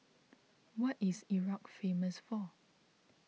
what is Iraq famous for